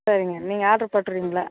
சரிங்க நீங்கள் ஆட்ரு போட்டிருவீங்கள